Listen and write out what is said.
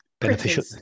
beneficial